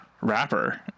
Rapper